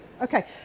Okay